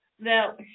Now